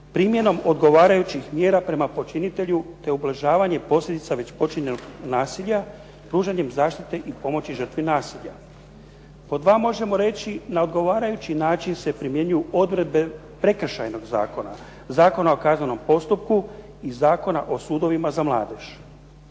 primjenom odgovarajućih mjera prema počinitelju te ublažavanje posljedica već počinjenog nasilja pružanjem zaštite i pomoći žrtvi nasilja. Pod dva možemo reći na odgovarajući način se primjenjuju odredbe Prekršajnog zakona, Zakona o kaznenom postupku i Zakona o sudovima za mladež.